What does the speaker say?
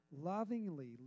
lovingly